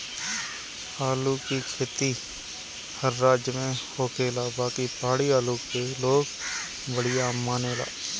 आलू के खेती हर राज में होखेला बाकि पहाड़ी आलू के लोग बढ़िया मानेला